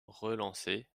relancé